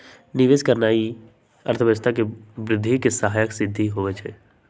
निवेश करनाइ अर्थव्यवस्था के वृद्धि में सहायक सिद्ध होइ छइ